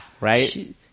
right